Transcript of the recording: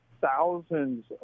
thousands